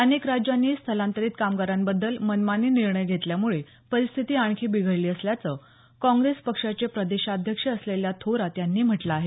अनेक राज्यांनी स्थलांतरित कामगारांबद्दल मनमानी निर्णय घेतल्यामुळे परिस्थिती आणखी बिघडली असल्याचं काँग्रेस पक्षाचे प्रदेशाध्यक्ष असलेल्या थोरात यांनी म्हटलं आहे